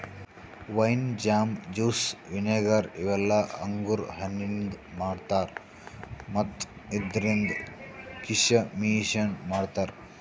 wine, jam, juice, vinegar ಇವೆಲ್ಲ ಅಂಗುರ್ ಹಣ್ಣಿಂದ್ ಮಾಡ್ತಾರಾ ಮತ್ತ್ ಇದ್ರಿಂದ್ ಕೀಶಮಿಶನು ಮಾಡ್ತಾರಾ